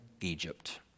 Egypt